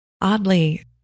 Oddly